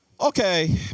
Okay